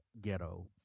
ghetto